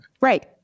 Right